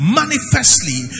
manifestly